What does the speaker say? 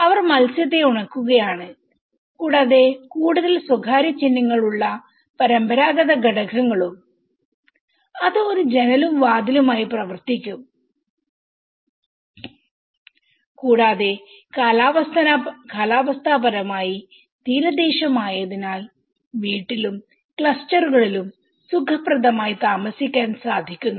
അവർ മത്സ്യത്തെ ഉണക്കുകയാണ് കൂടാതെ കൂടുതൽ സ്വകാര്യത ചിഹ്നങ്ങളുള്ള പരമ്പരാഗത ഘടകങ്ങളുംഅത് ഒരു ജനലും വാതിലും ആയി പ്രവർത്തിക്കും കൂടാതെ കാലാവസ്ഥാപരമായി തീരദേശം ആയതിനാൽ വീട്ടിലും ക്ലസ്റ്ററുകളിലും സുഖപ്രദമായ താമസിക്കാൻ സാധിക്കുന്നു